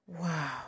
Wow